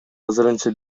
азырынча